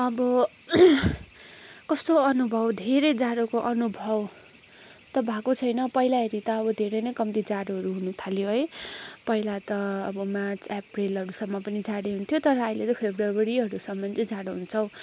अब कस्तो अनुभव धेरै जाडोको अनुभव त भएको छैन पहिला हेरि त अब धेरै नै कम्ती जाडोहरू हुनुथाल्यो है पहिला त अब मार्च एप्रिलहरूसम्म पनि जाडो हुन्थ्यो तर अहिले त फब्रुअरीहरूसम्म चाहिँ जाडो हुन्छ हौ